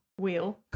wheel